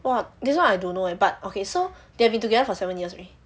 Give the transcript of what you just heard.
!wah! this [one] I don't know eh but okay so they've been together for seven years already